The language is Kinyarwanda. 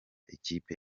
ikipe